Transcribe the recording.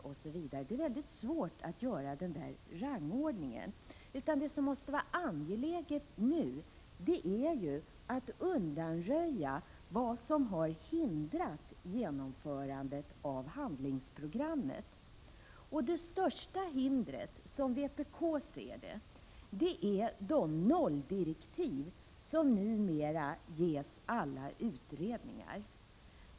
Det är väldigt svårt att göra denna rangordning. Det som måste vara angeläget nu är att undanröja vad som har hindrat genomförandet av handlingsprogrammet. Det största hindret är, som vpk ser det, de nolldirektiv som numera ges alla utredningar.